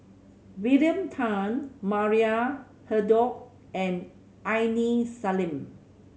William Tan Maria Hertogh and Aini Salim